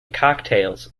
cocktails